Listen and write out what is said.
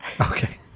Okay